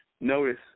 notice